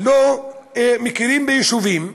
לא מכירים ביישובים.